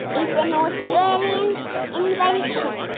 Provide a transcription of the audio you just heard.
is an australian invention.